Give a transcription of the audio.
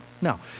no